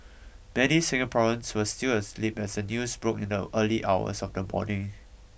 many Singaporeans were still asleep as the news broke in the early hours of the morning